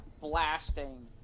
blasting